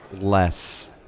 less